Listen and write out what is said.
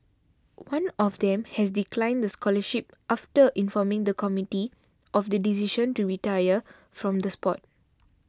one of them has declined the scholarship after informing the committee of the decision to retire from the sport